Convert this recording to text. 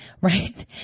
right